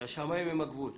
והשמיים הם הגבול.